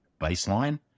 baseline